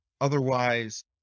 otherwise